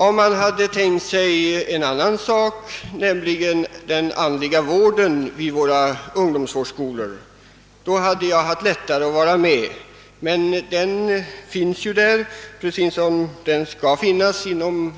Om man hade inriktat sig på den andliga vården vid våra ungdomsvårdsskolor hade jag haft lättare att vara med. Men denna vård finns ju där precis som den skall finnas inom